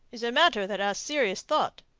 is a matter that asks serious thought.